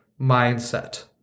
mindset